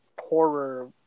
horror